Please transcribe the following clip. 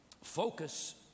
focus